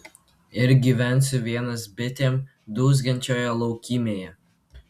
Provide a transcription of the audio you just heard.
ir gyvensiu vienas bitėm dūzgiančioje laukymėje